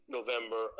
November